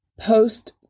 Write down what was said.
post